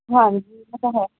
ਹਾਂਜੀ ਇਹ ਤਾਂ ਹੈ